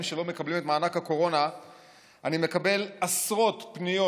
שלא מקבלים את מענק הקורונה אני מקבל עשרות פניות